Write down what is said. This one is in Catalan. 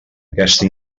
aquesta